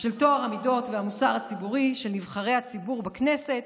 של טוהר המידות והמוסר הציבורי של נבחרי הציבור בכנסת,